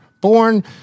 born